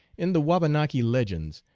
in the wabanaki legends,